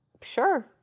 sure